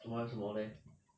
做么 leh 什么 leh